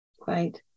great